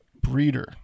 breeder